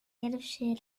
pierwszy